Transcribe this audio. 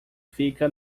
fica